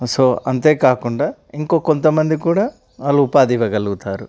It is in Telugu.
సో అంతే కాకుండా ఇంకో కొంతమంది కూడా వాళ్ళు ఉపాధి ఇవ్వగలుగుతారు